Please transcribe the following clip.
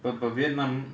இப்ப இப்ப:ippa ippa vietnam